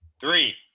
Three